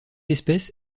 espèce